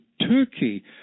Turkey